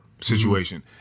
situation